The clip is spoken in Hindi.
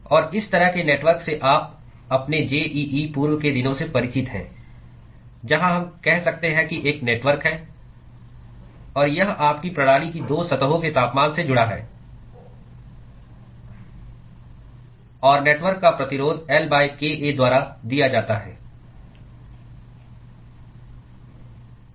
और इस तरह के नेटवर्क से आप अपने जेईई पूर्व के दिनों से परिचित हैं जहां हम कह सकते हैं कि एक नेटवर्क है और यह आपके प्रणाली की दो सतहों के तापमान से जुड़ा है और नेटवर्क का प्रतिरोध L kA द्वारा दिया जाता है